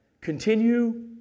continue